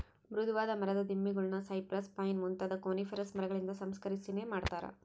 ಮೃದುವಾದ ಮರದ ದಿಮ್ಮಿಗುಳ್ನ ಸೈಪ್ರೆಸ್, ಪೈನ್ ಮುಂತಾದ ಕೋನಿಫೆರಸ್ ಮರಗಳಿಂದ ಸಂಸ್ಕರಿಸನೆ ಮಾಡತಾರ